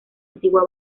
antigua